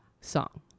song